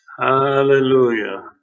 Hallelujah